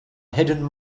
hidden